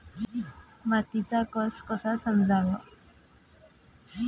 मातीचा कस कसा समजाव?